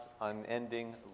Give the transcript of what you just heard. unending